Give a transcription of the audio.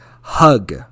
hug